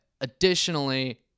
Additionally